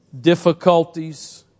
difficulties